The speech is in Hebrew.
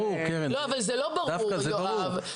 זה דווקא לא ברור, יואב.